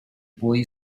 boy